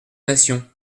nation